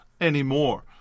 anymore